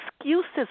excuses